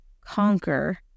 conquer